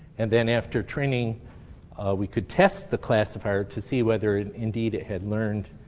and then after training we could test the classifier to see whether indeed it had learned